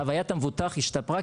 חווית המבוטח השתפרה,